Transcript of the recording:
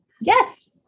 yes